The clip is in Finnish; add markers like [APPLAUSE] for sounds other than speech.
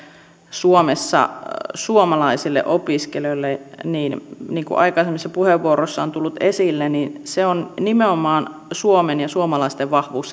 suomessa suomalaisille opiskelijoille niin niin kuin aikaisemmissa puheenvuoroissa on tullut esille se on nimenomaan suomen ja suomalaisten vahvuus [UNINTELLIGIBLE]